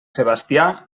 sebastià